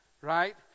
right